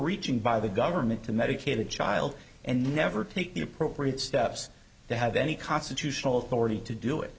reaching by the government to medicate the child and never take the appropriate steps to have any constitutional authority to do it